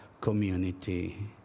community